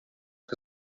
que